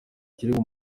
ikirego